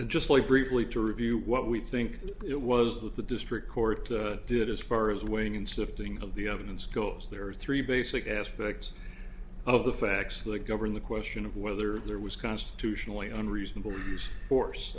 just like briefly to review what we think it was that the district court did as far as weighing in sifting of the evidence goes there are three basic aspects of the facts that govern the question of whether there was constitutionally unreasonable force